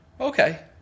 okay